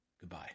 Goodbye